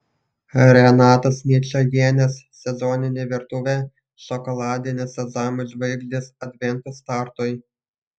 renatos ničajienės sezoninė virtuvė šokoladinės sezamų žvaigždės advento startui